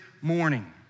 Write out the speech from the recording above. morning